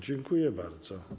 Dziękuję bardzo.